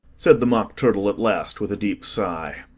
said the mock turtle at last, with a deep sigh,